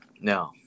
No